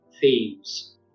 themes